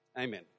Amen